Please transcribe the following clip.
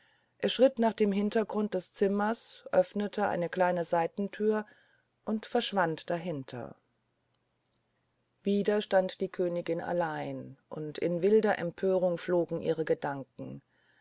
er schritt nach dem hintergrund des zimmers öffnete eine kleine seitentür und verschwand dahinter wieder stand die königin allein und in wilder empörung flogen ihre gedanken